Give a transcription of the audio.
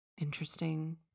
interesting